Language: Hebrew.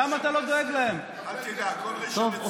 למה אתה לא דואג להם?